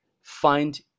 find